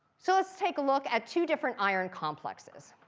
so let's take a look at two different iron complexes.